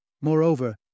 Moreover